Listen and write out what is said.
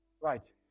right